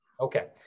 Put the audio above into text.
Okay